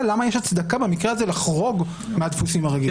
למה יש הצדקה במקרה הזה לחרוג מהדפוסים הרגילים,